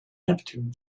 neptune